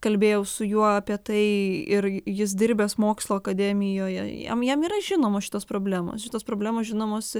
kalbėjau su juo apie tai ir jis dirbęs mokslų akademijoje jam jam yra žinomos šitos problemos šitos problemos žinomos